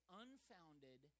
unfounded